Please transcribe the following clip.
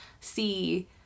see